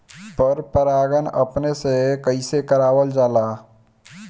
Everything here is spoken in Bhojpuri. पर परागण अपने से कइसे करावल जाला?